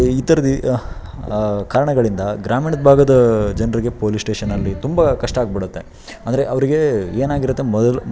ಈ ಥರದಿ ಕಾರಣಗಳಿಂದ ಗ್ರಾಮೀಣದ ಭಾಗದ ಜನರಿಗೆ ಪೊಲೀಸ್ ಸ್ಟೇಷನಲ್ಲಿ ತುಂಬ ಕಷ್ಟ ಆಗ್ಬಿಡುತ್ತೆ ಅಂದರೆ ಅವರಿಗೆ ಏನಾಗಿರುತ್ತೆ ಮೊದಲು